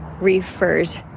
refers